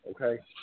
okay